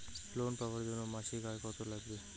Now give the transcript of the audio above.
Loan পাবার জন্যে মাসিক আয় কতো লাগবে?